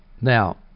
Now